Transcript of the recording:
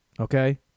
Okay